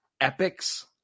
epics